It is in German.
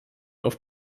auf